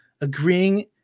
agreeing